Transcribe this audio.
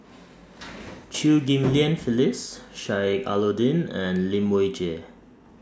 Chew Ghim Lian Phyllis Sheik Alau'ddin and Lai Weijie